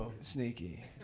sneaky